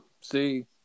See